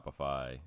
Shopify